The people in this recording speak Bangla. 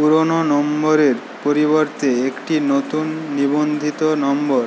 পুরনো নম্বরের পরিবর্তে একটি নতুন নিবন্ধিত নম্বর